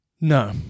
no